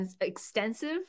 extensive